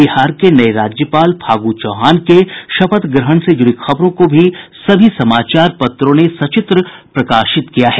बिहार के नये राज्यपाल फागु चौहान के शपथ ग्रहण से जुड़ी खबरों को सभी अखबारों ने सचित्र प्रकाशित किया है